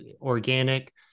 organic